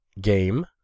game